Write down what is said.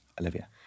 Olivia